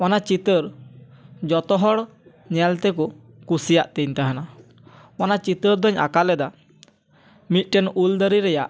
ᱚᱱᱟ ᱪᱤᱛᱟᱹᱨ ᱡᱚᱛᱚ ᱦᱚᱲ ᱧᱮᱞ ᱛᱮᱠᱚ ᱠᱩᱥᱤᱭᱟᱫ ᱛᱤᱧ ᱛᱟᱦᱮᱱᱟ ᱚᱱᱟ ᱪᱤᱛᱟᱹᱨ ᱫᱚᱧ ᱟᱸᱠᱟᱣ ᱞᱮᱫᱟ ᱢᱤᱫᱴᱮᱱ ᱩᱞ ᱫᱟᱨᱮ ᱨᱮᱭᱟᱜ